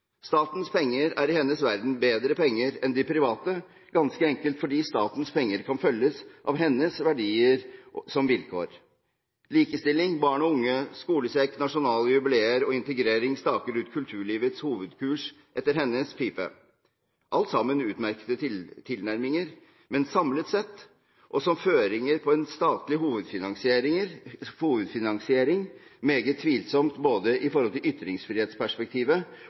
Statens penger er i hennes verden bedre penger enn de private, ganske enkelt fordi statens penger kan følges av hennes verdier som vilkår. Likestilling, barn og unge, skolesekk, nasjonale jubileer og integrering staker ut kulturlivets hovedkurs etter hennes pipe. Alt sammen er utmerkede tilnærminger, men samlet sett, og som føringer på en statlig hovedfinansiering, er det meget tvilsomt både i forhold til ytringsfrihetsperspektivet